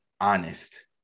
honest